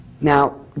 Now